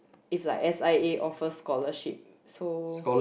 if like S_I_A offer scholarship so